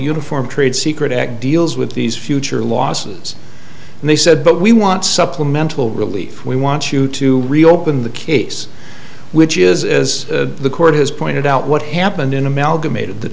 uniform trade secret act deals with these future losses and they said but we want supplemental relief we want you to reopen the case which is as the court has pointed out what happened in